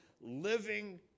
living